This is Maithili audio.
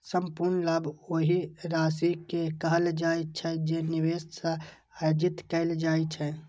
संपूर्ण लाभ ओहि राशि कें कहल जाइ छै, जे निवेश सं अर्जित कैल जाइ छै